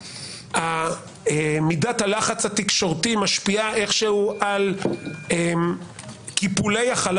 האם מידת הלחץ התקשורתי משפיעה איכשהו קיפולי החלל